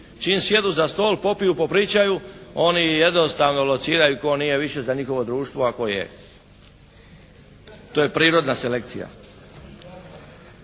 Čim sjednu za stol, popiju, popričaju oni jednostavno lociraju tko nije više za njihovo društvo, a tko je. To je prirodna selekcija.